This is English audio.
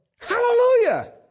Hallelujah